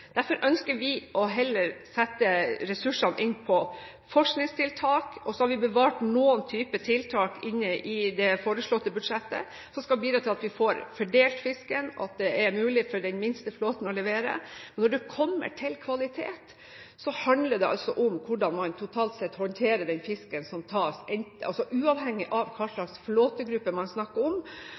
Derfor ønsker vi heller å sette ressursene inn på forskningstiltak, og så har vi bevart noen typer tiltak inne i det foreslåtte budsjettet som skal bidra til at vi får fordelt fisken, at det er mulig for den minste flåten å levere. Når det kommer til kvalitet, handler det altså om hvordan man totalt sett håndterer den fisken som tas, uavhengig av hva slags flåtegruppe man snakker om.